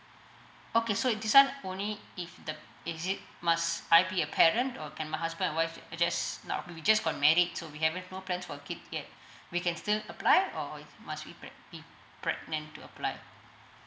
okay so is this [one] only if the is it must I be a parent or can my husband and wife uh just not we we just got married so we have no plans for kids yet we can still apply or must be pre~ be pregnant to apply